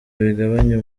bigabanya